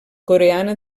coreana